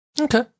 Okay